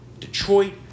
Detroit